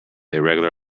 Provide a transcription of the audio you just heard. irregular